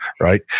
Right